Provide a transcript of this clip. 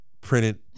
printed